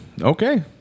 Okay